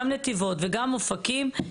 גם נתיבות וגם אופקים,